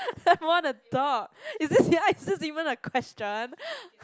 what a dork is this here is this even a question